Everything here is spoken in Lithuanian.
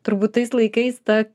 turbūt tais laikais ta